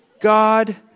God